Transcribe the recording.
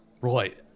Right